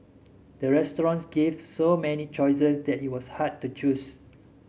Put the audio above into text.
the restaurant gave so many choices that it was hard to choose